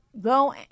go